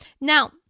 Now